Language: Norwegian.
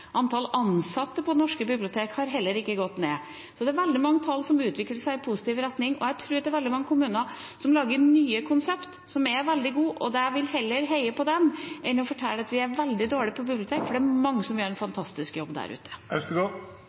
antall ansatte på norske bibliotek har heller ikke gått ned. Så det er veldig mange tall som utvikler seg i positiv retning, og jeg tror at det er veldig mange kommuner som lager nye konsept som er veldig gode. Jeg vil heller heie på dem enn å fortelle at vi er veldig dårlige på bibliotek, for det er mange som gjør en fantastisk jobb der ute.